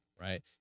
right